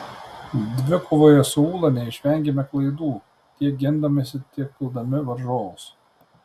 dvikovoje su ūla neišvengėme klaidų tiek gindamiesi tiek puldami varžovus